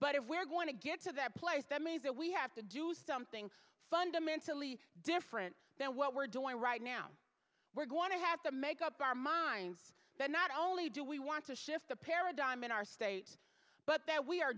but if we're going to get to that place that means that we have to do something fundamentally different than what we're doing right now we're going to have to make up our minds that not only do we want to shift the paradigm in our state but that we are